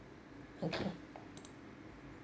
okay